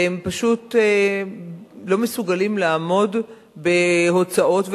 והם פשוט לא מסוגלים לעמוד בהוצאות,